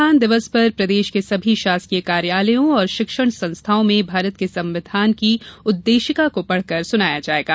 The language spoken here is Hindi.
संविधान दिवस पर प्रदेश के सभी शासकीय कार्यालयों और शिक्षण संस्थाओं में भारत के संविधान की उद्देशिका को पढ़कर सुनाया जायेगा